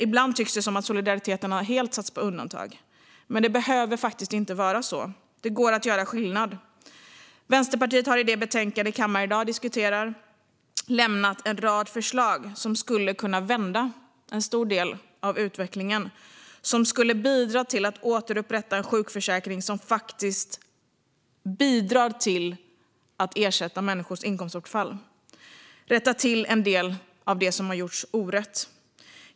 Ibland tycks det som att solidariteten helt har satts på undantag, men det behöver faktiskt inte vara så. Det går att göra skillnad. Vänsterpartiet har i det betänkande kammaren i dag diskuterar lämnat en rad förslag som skulle kunna vända en stor del av utvecklingen och skulle bidra till att återupprätta en sjukförsäkring som faktiskt bidrar till att ersätta människors inkomstbortfall och rätta till en del av det som gjorts orätt.